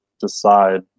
decide